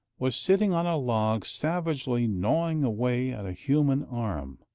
was sitting on a log, savagely gnawing away at a human arm,